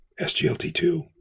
SGLT2